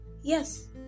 yes